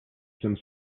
some